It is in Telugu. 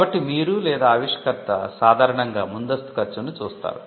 కాబట్టి మీరు లేదా ఆవిష్కర్త సాధారణంగా ముందస్తు ఖర్చును చూస్తారు